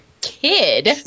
kid